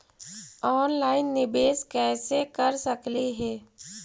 Online निबेस कैसे कर सकली हे?